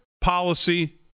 policy